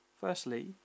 Firstly